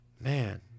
Man